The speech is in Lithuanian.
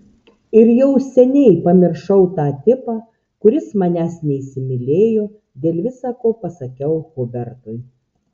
ir jau seniai pamiršau tą tipą kuris manęs neįsimylėjo dėl visa ko pasakiau hubertui